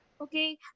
Okay